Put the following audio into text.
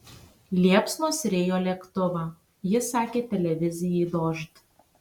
liepsnos rijo lėktuvą ji sakė televizijai dožd